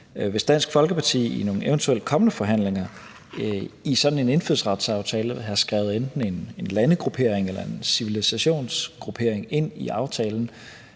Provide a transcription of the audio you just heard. Hvis Dansk Folkeparti i nogle eventuelle kommende forhandlinger i sådan en indfødsretsaftale har skrevet enten en landegruppering eller en civilisationsgruppering ind og